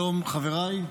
שלום, חבריי.